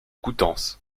coutances